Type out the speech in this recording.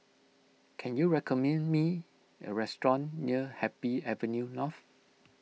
can you recommend me a restaurant near Happy Avenue North